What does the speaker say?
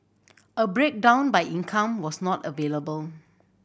a breakdown by income was not available